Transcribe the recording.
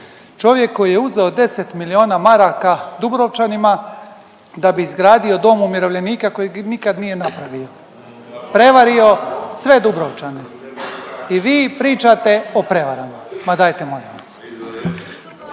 čovjek koji je uzeo 10 miliona maraka Dubrovčanima da bi izgradio dom umirovljenika kojeg nikad nije napravio, prevario sve Dubrovčane i vi pričate o prevarama, ma dajte molim vas.